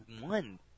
one